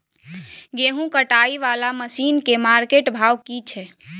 गेहूं कटाई वाला मसीन के मार्केट भाव की छै?